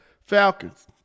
Falcons